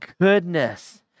goodness